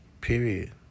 Period